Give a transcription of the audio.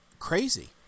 crazy